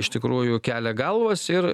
iš tikrųjų kelia galvas ir